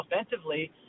offensively